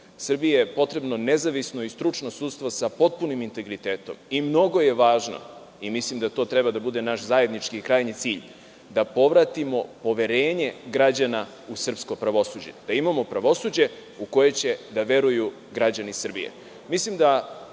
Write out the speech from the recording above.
Srbiji je potrebno nezavisno i stručno sudstvo sa potpunim integritetom i mnogo je važno, mislim da to treba da bude naš zajednički krajnji cilj, da povratimo poverenje građana u srpsko pravosuđe, da imamo pravosuđe u koje će da veruju građani Srbije. Mislim